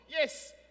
Yes